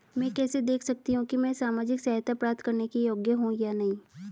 मैं कैसे देख सकती हूँ कि मैं सामाजिक सहायता प्राप्त करने के योग्य हूँ या नहीं?